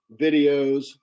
videos